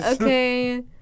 Okay